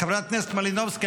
חברת הכנסת מלינובסקי,